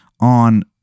on